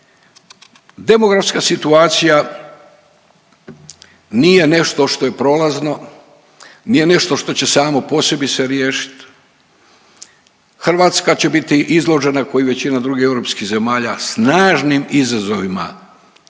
demografska situacija nije nešto što je prolazno, nije nešto što će samo po sebi se riješiti, Hrvatska će biti izložena, kao i većina drugih europskih zemalja snažnim izazovima